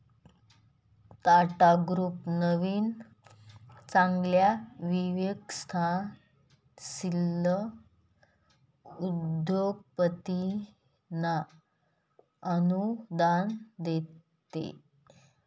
Tata group नवीन चांगल्या विकसनशील उद्योगपतींना अनुदान देते